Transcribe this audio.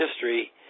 history